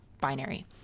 binary